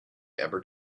ever